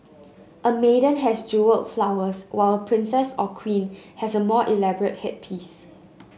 a maiden has jewelled flowers while a princess or queen has a more elaborate headpiece